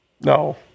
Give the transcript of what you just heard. No